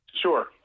Sure